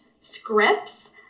scripts